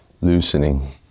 loosening